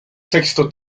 sexto